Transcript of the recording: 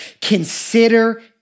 Consider